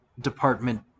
Department